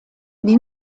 die